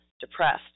depressed